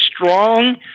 strong